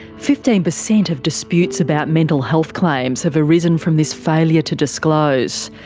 fifteen percent of disputes about mental health claims have arisen from this failure to disclose.